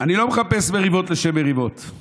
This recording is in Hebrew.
אני לא מחפש מריבות לשם מריבות,